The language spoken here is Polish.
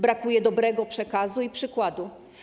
Brakuje dobrego przekazu i przykładu.